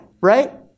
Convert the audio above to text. right